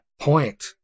point